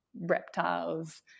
reptiles